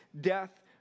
death